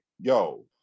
yo